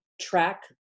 track